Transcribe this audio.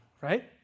right